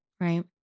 right